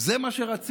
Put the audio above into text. זה מה שרצית